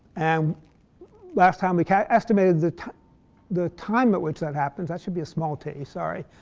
and last time we kind of estimated the time the time at which that happens. that should be a small t, sorry.